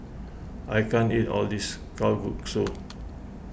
I can't eat all of this Kalguksu